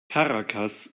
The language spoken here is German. caracas